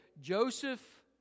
Joseph